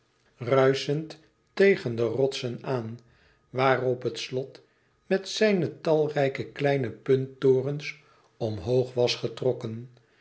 ruischend tegen de wolken aan waarop het slot met zijne talrijke kleine punttorens omhoog was getrokken